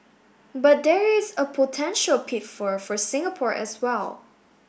but there is a potential pitfall for Singapore as well